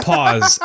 Pause